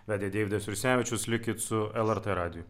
vedė deividas jursevičius likit su lrt radiju